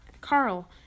Carl